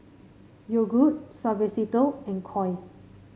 Yogood Suavecito and Koi